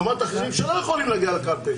מה לגבי הפעילות שלהם להבאת המצביעים?